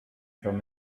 from